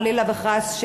חלילה וחס,